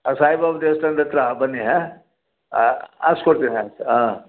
ಸಾಯಿಬಾಬನ ದೇವ್ಸ್ಥಾನ್ದ ಹತ್ತಿರ ಬನ್ನಿ ಹಾಂ ಆ ಹಾಕ್ಸ್ಕೊಡ್ತೀನಿ ಆಯ್ತು ಹಾಂ